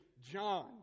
John